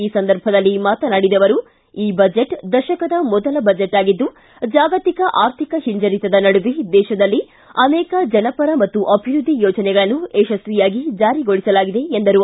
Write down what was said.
ಈ ಸಂದರ್ಭದಲ್ಲಿ ಮಾತನಾಡಿದ ಅವರು ಈ ಬಜೆಟ್ ದಶಕದ ಮೊದಲ ಬಜೆಟ್ ಆಗಿದ್ದು ಜಾಗತಿಕ ಆರ್ಥಿಕ ಹಿಂಜರಿತದ ನಡುವೆ ದೇತದಲ್ಲಿ ಅನೇಕ ಜನಪರ ಮತ್ತು ಅಭಿವೃದ್ಧಿ ಯೋಜನೆಗಳನ್ನು ಯಶ್ವಿಯಾಗಿ ಜಾರಿಗೊಳಿಸಲಾಗಿದೆ ಎಂದರು